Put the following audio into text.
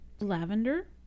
Lavender